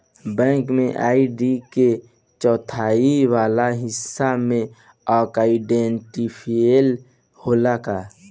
Bank में ID के चौथाई वाला हिस्सा में आइडेंटिफैएर होला का?